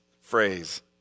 phrase